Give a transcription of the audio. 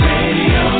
Radio